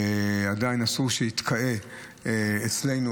עדיין אסור שיתקהו אצלנו